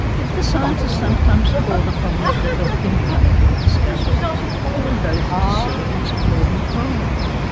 if the scientists sometimes called upon them to help implement their discoveries they were loathe to serve in subordinate roles.